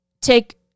take